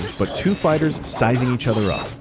but two fighters sizing each other up.